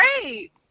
great